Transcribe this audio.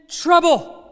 trouble